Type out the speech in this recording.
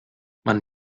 man